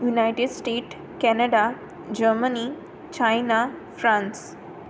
United States Canada Germany China France